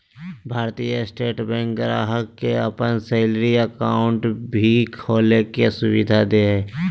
भारतीय state bank ग्राहक के अपन सैलरी अकाउंट भी खोले के सुविधा दे हइ